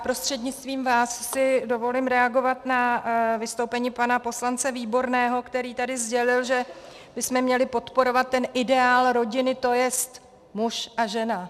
Prostřednictvím vás si dovolím reagovat na vystoupení pana poslance Výborného, který tady sdělil, že bychom tady měli podporovat ten ideál rodiny, to jest muž a žena.